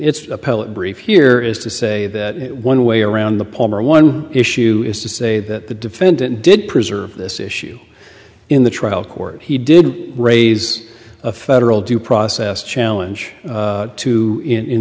its appellate brief here is to say that one way around the palmer one issue is to say that the defendant did preserve this issue in the trial court he did raise a federal due process challenge to in